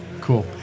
cool